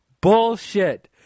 Bullshit